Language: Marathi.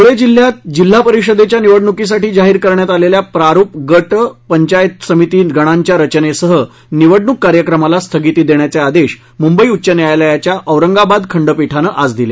धुळे जिल्हा परिषदेच्या निवडणुकीसाठी जाहीर करण्यात आलेल्या प्रारुप गट पंचायत समिती गणांच्या रचनेसह निवडणूक कार्यक्रमाला स्थगिती देण्याचे आदेश मुंबई उच्च न्यायालयाच्या औरंगाबाद खंडपीठानं आज दिले